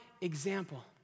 example